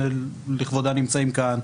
שלכבודה שאנחנו נמצאים כאן,